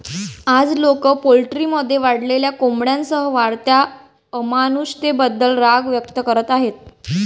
आज, लोक पोल्ट्रीमध्ये वाढलेल्या कोंबड्यांसह वाढत्या अमानुषतेबद्दल राग व्यक्त करीत आहेत